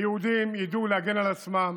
היהודים ידעו להגן על עצמם